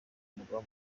umugaba